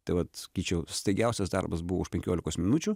tai vat sakyčiau staigiausias darbas buvo už penkiolikos minučių